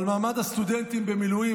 על מעמד הסטודנטים במילואים,